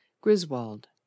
Griswold